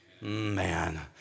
Man